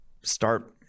start